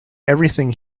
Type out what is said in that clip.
everything